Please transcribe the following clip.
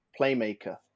Playmaker